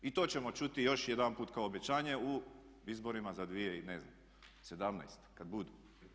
I to ćemo čuti još jedanput kao obećanje u izborima za 2000 i ne znam, 2017., kada budu.